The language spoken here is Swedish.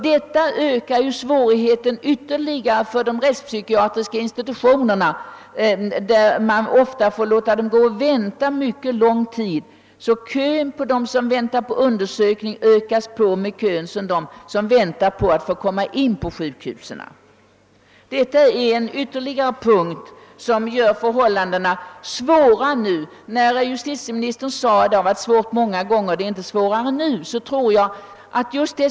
Detta ökar svårigheterna ytterligare för de rättspsykiatriska institutionerna, där man ofta får låta personer som är undersökta och skall överlämnas till mentalvård vara kvar under mycket lång tid. Kön av dem som väntar på undersökning ökas sålunda på med kön av dem som väntar på att få komma in på sjukhusen. På det sättet försvåras förhållandena ytterligare. Justitieministern sade att svårigheterna inte är större nu än de varit många gånger tidigare.